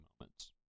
moments